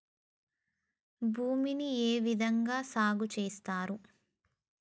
భూమిని ఏ విధంగా సాగు చేస్తున్నారు?